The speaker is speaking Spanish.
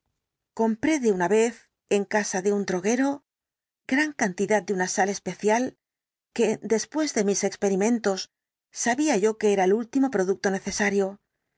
compré de una explicación completa del caso vez en casa de un droguero gran cantidad de una sal especial que después de mis experimentos sabía yo que era el último producto necesario